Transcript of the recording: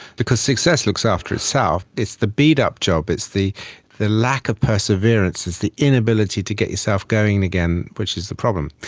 because success looks after itself, it's the beat-up job, it's the the lack of perseverance, it's the inability to get yourself going again which is the problem.